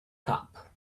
cop